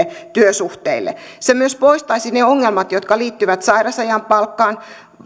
työsuhteille se myös poistaisi ne ongelmat jotka liittyvät sairausajan palkkaan